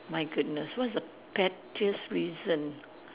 my goodness what is the pettiest reason